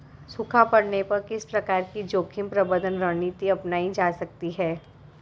सूखा पड़ने पर किस प्रकार की जोखिम प्रबंधन रणनीति अपनाई जा सकती है?